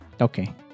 Okay